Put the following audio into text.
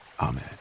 amen